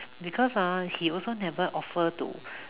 because ah he also never offer to